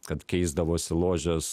kad keisdavosi ložės